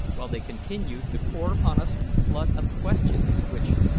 while they continued to pour upon us a flood of questions, which,